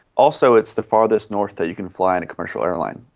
also it's the farthest north that you can fly in a commercial airline.